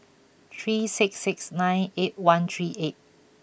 three six six nine eight one three eight